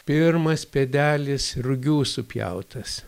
pirmas pėdelis rugių supjautas